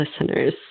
listeners